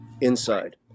inside